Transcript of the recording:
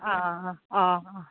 अ